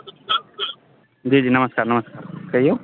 जी जी नमस्कार नमस्कार कहिऔ